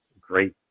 great